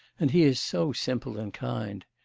and he is so simple and kind.